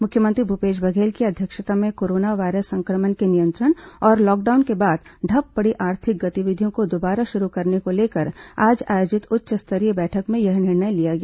मुख्यमंत्री भूपेश बघेल की अध्यक्षता में कोरोना वायरस संक्रमण के नियंत्रण और लॉकडाउन के बाद ठप्प पड़ी आर्थिक गतिविधियों को दोबारा शुरू करने को लेकर आज आयोजित उच्च स्तरीय बैठक में यह निर्णय लिया गया